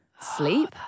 sleep